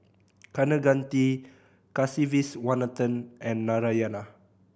Kaneganti Kasiviswanathan and Narayana